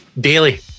daily